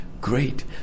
great